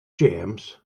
james